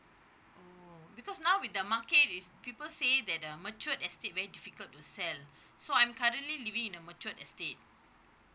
oh because now with the market is people say that uh matured estate very difficult to sell so I'm currently living in a matured estate